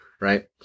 right